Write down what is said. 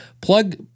plug